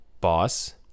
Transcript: boss